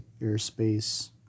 airspace